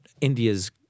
India's